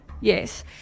Yes